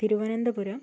Thiruvananthapuram